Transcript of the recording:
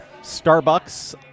Starbucks